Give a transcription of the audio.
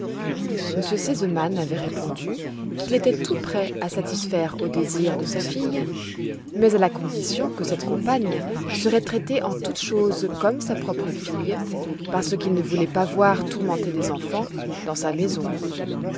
r sesemann avait répondu qu'il était tout prêt à satisfaire au désir de sa fille mais à la condition que cette compagne serait traitée en toutes choses comme sa propre fille parce qu'il ne voulait pas voir tourmenter des enfants dans sa maison